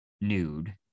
nude